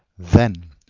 then,